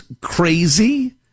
crazy